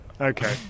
Okay